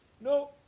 No